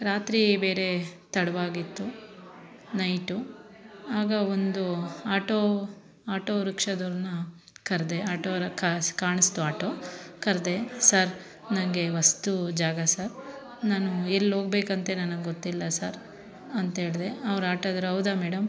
ರಾತ್ರಿ ಬೇರೆ ತಡವಾಗಿತ್ತು ನೈಟ್ ಆಗ ಒಂದು ಆಟೋ ಆಟೋ ರಿಕ್ಷಾದವರನ್ನು ಕರೆದೆ ಆಟೋ ಕಾಸ್ ಕಾಣಿಸಿತು ಆಟೋ ಕರೆದೆ ಸರ್ ನನಗೆ ಹೊಸ್ತು ಜಾಗ ಸರ್ ನಾನು ಎಲ್ಲಿ ಹೋಗಬೇಕು ಅಂತ ನನಗೆ ಗೊತ್ತಿಲ್ಲ ಸರ್ ಅಂತ ಹೇಳಿದೆ ಅವರು ಆಟೋದವರು ಹೌದಾ ಮೇಡಮ್